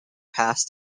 pass